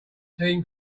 team